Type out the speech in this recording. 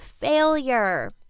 failure